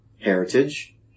heritage